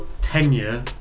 tenure